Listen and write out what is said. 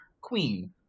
queen